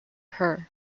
her